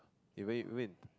even even even in